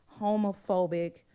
homophobic